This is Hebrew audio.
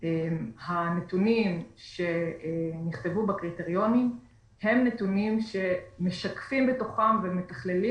הנתונים שנכתבו בקריטריונים הם נתונים שמשקפים ומתכללים